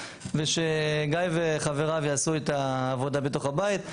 ושגיא וחבריו יעשו את העבודה בתוך הבית.